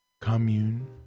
Commune